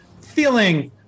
Feeling